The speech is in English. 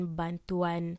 bantuan